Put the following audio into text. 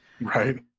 Right